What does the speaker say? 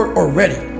already